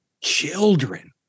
children